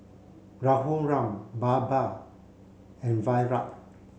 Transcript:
Raghuram Baba and Virat